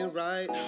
right